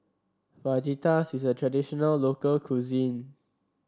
fajitas is a traditional local cuisine